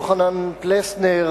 יוחנן פלסנר,